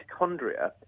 mitochondria